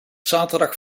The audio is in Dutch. zaterdag